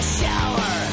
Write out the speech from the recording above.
shower